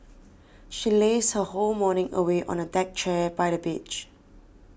she lazed her whole morning away on a deck chair by the beach